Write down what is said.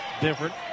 different